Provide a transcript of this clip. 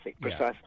precisely